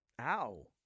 Ow